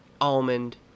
almond